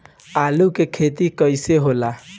आलू के खेती कैसे होला?